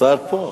השר פה.